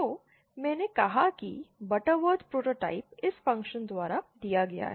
तो मैंने कहा कि बटरवर्थ प्रोटोटाइप इस फ़ंक्शन द्वारा दिया गया है